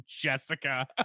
Jessica